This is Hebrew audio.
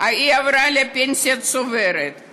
לפנסיה צוברת,